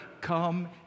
come